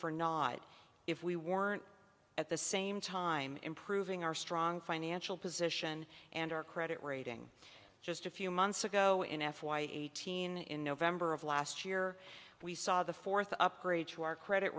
for nod if we weren't at the same time improving our strong financial position and our credit rating just a few months ago in f y eighteen in november of last year we saw the fourth upgrade to our credit